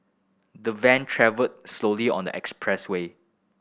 the van travelled slowly on the expressway